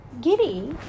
Giri